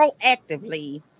proactively